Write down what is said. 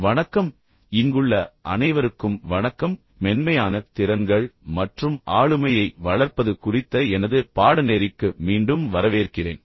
வணக்கம் இங்குள்ள அனைவருக்கும் வணக்கம் மென்மையான திறன்கள் மற்றும் ஆளுமையை வளர்ப்பது குறித்த எனது பாடநெறிக்கு மீண்டும் வரவேற்கிறேன்